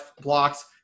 blocks